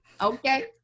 okay